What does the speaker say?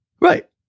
Right